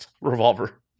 revolver